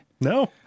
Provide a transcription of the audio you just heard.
No